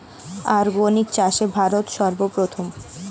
organic চাষে ভারত সর্বপ্রথম